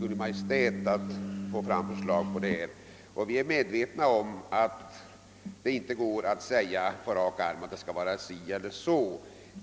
Kungl. Maj:t anhåller om utredning och förslag i des sa frågor. Vi är nämligen medvetna om att det inte går att på rak arm säga att det skall vara si eller så.